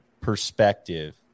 perspective